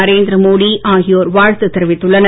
நரேந்திர மோடி ஆகியோர் வாழ்த்து தெரிவித்துள்ளனர்